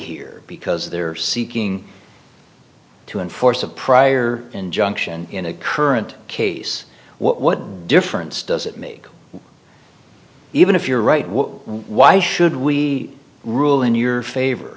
here because they're seeking to enforce a prior injunction in a current case what difference does it make even if you're right why should we rule in your